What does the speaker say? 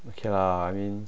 okay lah I mean